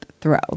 throw